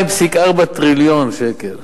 2.4 טריליון שקל.